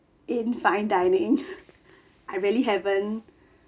in fine dining I really haven't